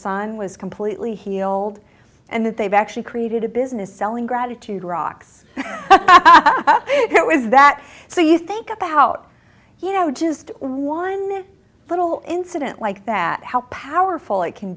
son was completely healed and that they've actually created a business selling gratitude rocks that was that so you think about you know just one little incident like that help powerful it can